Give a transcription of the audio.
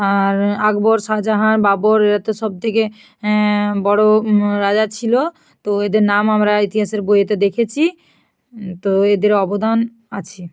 আর আকবর শাহজাহান বাবর এরা তো সব থেকে বড়ো রাজা ছিলো তো এদের নাম আমরা ইতিহাসের বইয়েতে দেখেছি তো এদের অবদান আছে